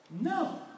No